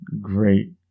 great